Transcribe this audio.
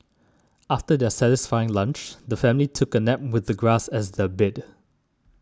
after their satisfying lunch the family took a nap with the grass as their bed